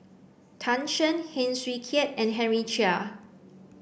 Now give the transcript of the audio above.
Tan Shen Heng Swee Keat and Henry Chia